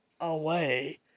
away